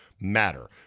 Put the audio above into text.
matter